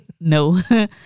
No